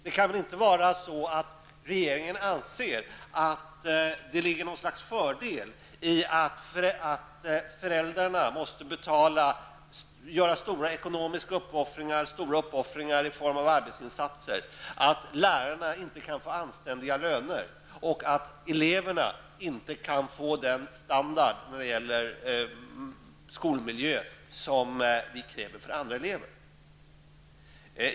Det kan väl inte vara så att regeringen anser att det ligger något slags fördel i att föräldrarna måste göra stora ekonomiska uppoffringar och stora uppoffringar i form av arbetsinsatser, att lärarna inte kan få anständiga löner och att eleverna inte kan få den standard när det gäller skolmiljö som vi kräver för andra elever?